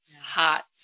Hot